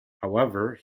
however